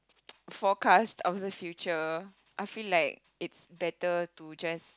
forecast of the future I feel like it's better to just